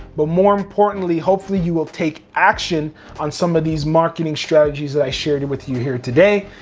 but more importantly, hopefully you will take action on some of these marketing strategies that i shared and with you here today.